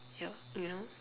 your you know